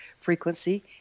frequency